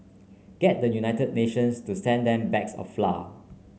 get the United Nations to send them bags of flour